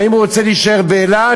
האם הוא רוצה להישאר באילת,